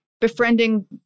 befriending